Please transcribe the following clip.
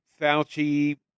Fauci